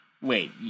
wait